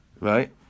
Right